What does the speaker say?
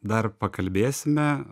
dar pakalbėsime